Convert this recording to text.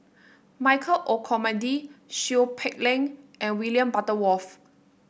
Michael Olcomendy Seow Peck Leng and William Butterworth